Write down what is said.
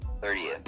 30th